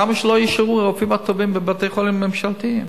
למה שלא יישארו הרופאים הטובים בבתי-חולים ממשלתיים?